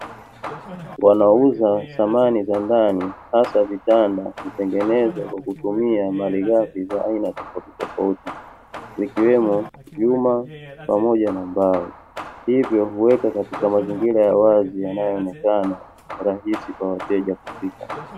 Wanauza samani za ndani hasa vitanda, hutengeneza kwa kutumia malighafi za aina tofauti tofauti, zikiwemo vyuma pamoja na mbao. Hivyo huweka katika mazingira ya wazi yanayoonekana rahisi kwa wateja kufika.